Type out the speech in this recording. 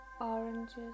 oranges